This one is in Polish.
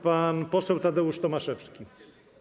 Pan poseł Tadeusz Tomaszewski.